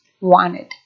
wanted